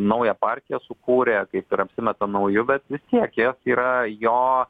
naują partiją sukūrė kaip ir apsimeta nauju bet vis tiek jas yra jo